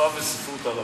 שפה וספרות ערבית.